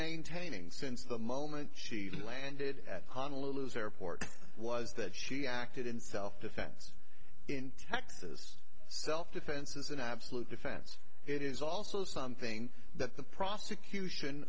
maintaining since the moment she landed at honolulu's airport was that she acted in self defense in texas self defense is an absolute defense it is also something that the prosecution